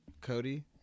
Cody